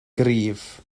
gryf